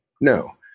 No